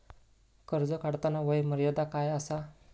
कर्ज काढताना वय मर्यादा काय आसा?